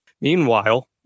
Meanwhile